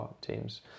teams